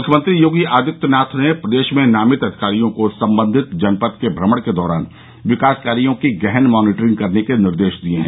मुख्यमंत्री योगी आदित्यनाथ ने प्रदेश में नामित अधिकारियों को संबंधित जनपद के भ्रमण के दौरान विकास कार्यो की गहन मानीटरिंग करने के निर्देश दिये है